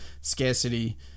scarcity